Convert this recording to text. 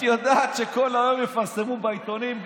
את יודעת שכל היום יפרסמו בעיתונים,